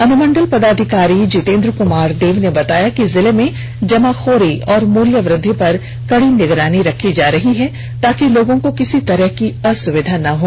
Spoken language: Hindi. अनुमंडल पदाधिकारी जितेन्द्र कुमार देव ने बताया कि जिले में जमाखोरी और मूल्य वृद्धि पर कड़ी निगरानी रखी जा रही है ताकि लोगों को किसी तरह की असुविधा न हो